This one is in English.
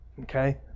okay